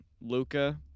Luca